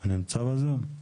הוא לא נמצא בזום.